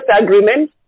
agreement